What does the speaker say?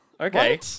Okay